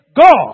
God